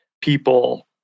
people